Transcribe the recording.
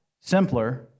simpler